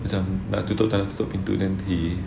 macam nak tutup tak nak tutup pintu then